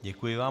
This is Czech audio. Děkuji vám.